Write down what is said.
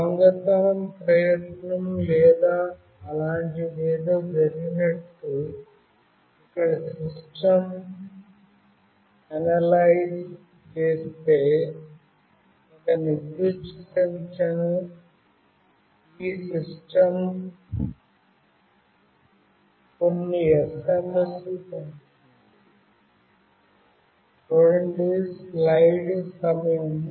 దొంగతనం ప్రయత్నం లేదా అలాంటిదేదో జరిగినట్టు ఇక్కడ సిస్టమ్ అనలైజ్స్ చేస్తే ఒక నిర్దిష్ట సంఖ్యకు ఈ సిస్టమ్ కొన్నిSMS లు పంపుతుంది